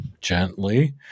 gently